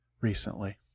recently